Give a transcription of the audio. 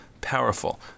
powerful